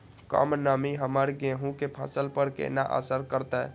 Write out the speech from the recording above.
कम नमी हमर गेहूँ के फसल पर केना असर करतय?